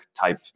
type